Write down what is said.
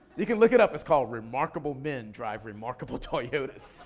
you can look it up, it's called remarkable men drive remarkable toyotas.